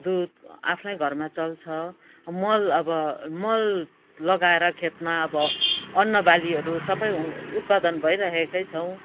दुध आफ्नै घरमा चल्छ मल अब मल लगाएर खेतमा अब अन्न बालीहरू सबै उत्पादन भइराखेकै छौँ